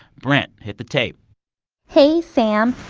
brent, hit the tape hey, sam.